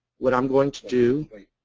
what i'm going to do